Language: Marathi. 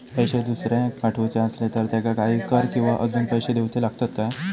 पैशे दुसऱ्याक पाठवूचे आसले तर त्याका काही कर किवा अजून पैशे देऊचे लागतत काय?